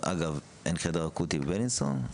אגב, אין חדר אקוטי בבלינסון?